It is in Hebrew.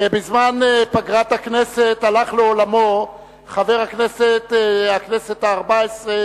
בזמן פגרת הכנסת הלך לעולמו חבר הכנסת הארבע-עשרה,